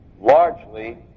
largely